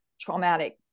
traumatic